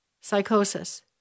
psychosis